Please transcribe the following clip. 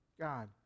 God